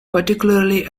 particularly